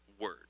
word